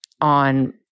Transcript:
on